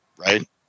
right